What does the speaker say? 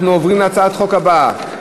אנחנו עוברים להצעת החוק הבאה,